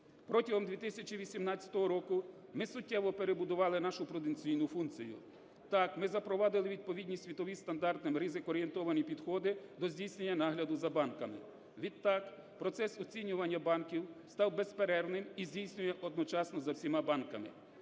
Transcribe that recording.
Протягом 2018 року ми суттєво перебудували нашу пруденційну функцію. Так ми запровадили відповідні світовим стандартам ризикоорієнтовані підходи до здійснення нагляду за банками. Відтак, процес оцінювання банків став безперервним і здійснює одночасно за всіма банками.